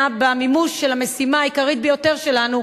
במימוש של המשימה העיקרית ביותר שלנו,